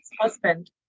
husband